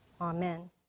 Amen